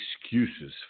excuses